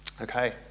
Okay